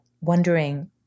wondering